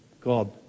God